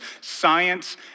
science